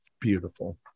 beautiful